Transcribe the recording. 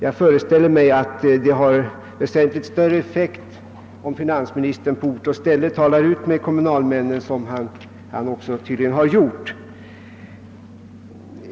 Jag föreställer mig att det har väsentligt större effekt, om finansministern på ort och ställe talar ut med kommunalmännen, vilket han tydligen också har gjort.